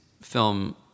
film